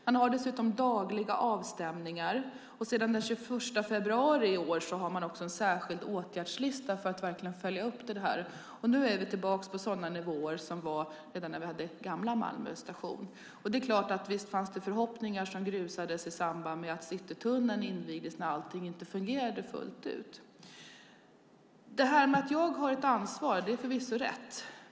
Man har dessutom dagliga avstämningar. Sedan den 21 februari i år har man också en särskild åtgärdslista för att verkligen följa upp detta. Nu är vi tillbaka på sådana nivåer som vi hade redan när vi hade gamla Malmö station. Det är klart att det fanns förhoppningar som grusades i samband med att Citytunneln invigdes och allting inte fungerade fullt ut. Det är förvisso rätt att jag har ett ansvar.